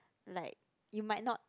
like you might not